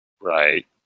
Right